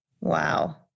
Wow